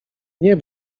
nie